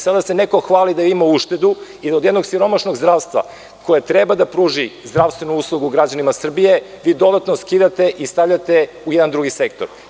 Sada se neko hvali da je imao uštedu, jer od jednog siromašnog zdravstva koje treba da pruži zdravstvenu uslugu građanima Srbije vi dodatno skidate i stavljate u drugi sektor.